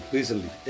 Recently